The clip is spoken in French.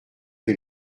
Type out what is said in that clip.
que